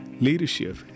Leadership